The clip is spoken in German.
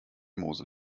mosel